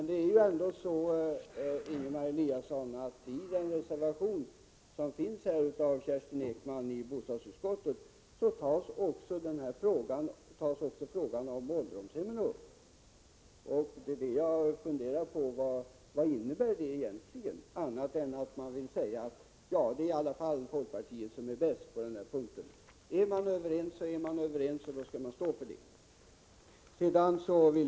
Herr talman! I den reservation, Ingemar Eliasson, som Kerstin Ekman fogat till bostadsutskottets betänkande tas också frågan om ålderdomshemmen upp. Jag undrar om det kan innebära något annat än att man från folkpartiets sida vill säga att det i alla fall är folkpartiet som är bäst på den här punkten. Är man överens så är man, och då skall man stå för det.